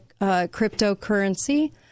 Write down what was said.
cryptocurrency